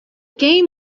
game